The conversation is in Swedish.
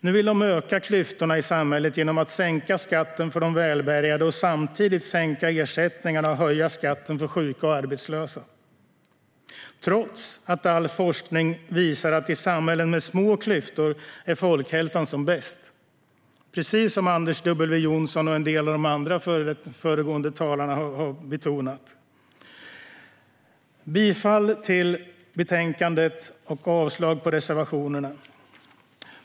Nu vill de öka klyftorna i samhället genom att sänka skatten för de välbärgade och samtidigt sänka ersättningarna och höja skatten för sjuka och arbetslösa - trots att all forskning visar att folkhälsan är som bäst i samhällen med små klyftor, precis som Anders W Jonsson och en del av de föregående talarna har betonat. Jag yrkar bifall till utskottets förslag och avslag på reservationerna.